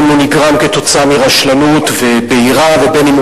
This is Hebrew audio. אם הוא נגרם כתוצאה מרשלנות ובעירה ואם הוא